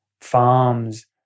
farms